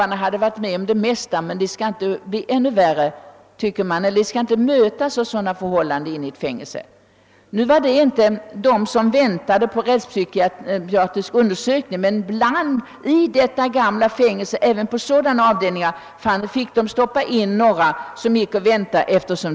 Visst har de varit med om det mesta, men de skall inte mötas av sådana förhållanden i ett fängelse. Just här var det inte fråga om personer som väntade på rättspsykiatrisk undersökning, men även sådana fick stoppas i detta gamla fängelse eftersom det var ont om plats. Detta gäller Långholmen, som har de sämsta lokalerna.